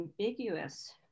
ambiguous